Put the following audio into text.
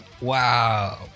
wow